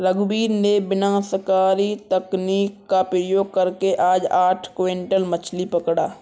रघुवीर ने विनाशकारी तकनीक का प्रयोग करके आज आठ क्विंटल मछ्ली पकड़ा